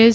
S